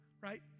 right